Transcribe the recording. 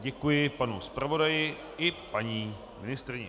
Děkuji panu zpravodaji i paní ministryni.